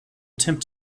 attempt